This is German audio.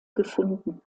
gefunden